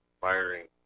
firing